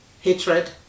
hatred